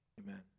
Amen